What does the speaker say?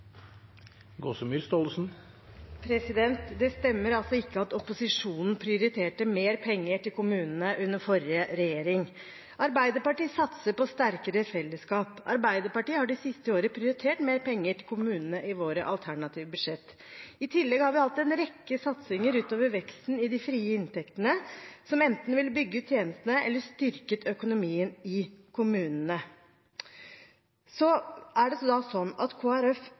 Det stemmer ikke at opposisjonen prioriterte mer penger til kommunene under forrige regjering. Arbeiderpartiet satser på sterkere fellesskap og har det siste året prioritert mer penger til kommunene i sine alternative budsjett. I tillegg har vi hatt en rekke satsinger utover veksten i de frie inntektene, som enten ville bygget ut tjenestene eller styrket økonomien i kommunene. Kristelig Folkeparti støtter et økonomisk opplegg med nullvekst til kommunesektoren. Er Kristelig Folkeparti mette nå? Er det sånn at